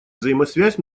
взаимосвязь